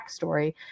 backstory